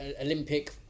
Olympic